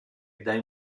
dai